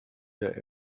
der